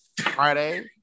Friday